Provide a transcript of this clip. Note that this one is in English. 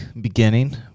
beginning